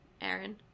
Aaron